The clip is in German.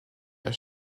der